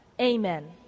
Amen